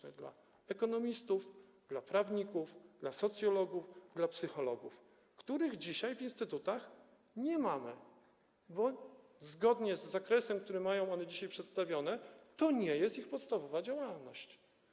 To jest rola ekonomistów, prawników, socjologów, psychologów, których dzisiaj w instytutach nie mamy, bo zgodnie z zakresem, który mają one dzisiaj przedstawiony, to nie jest ich podstawowa działalność.